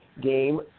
game